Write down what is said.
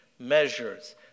measures